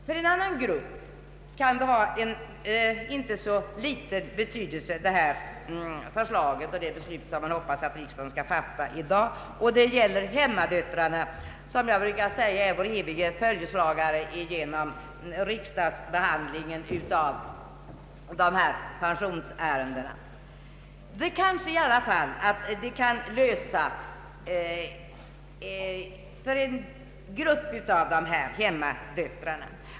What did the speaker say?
För en annan grupp kan detta förslag och det beslut som jag hoppas att riksdagen skall fatta i dag ha en inte så liten betydelse. Jag avser hemmadöttrarna, som jag brukar kalla för våra eviga följeslagare vid riksdagsbehandlingen av pensionsärenden. Den föreslagna reformen kanske kan lösa problemen för en del av dessa hemmadöttrar.